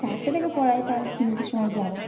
চারটে থেকে পড়ায় তাহলে তিনটের সময় যাবো